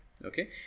Okay